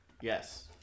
Yes